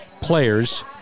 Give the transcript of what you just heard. players